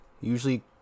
usually